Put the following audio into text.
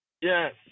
Yes